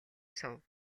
суув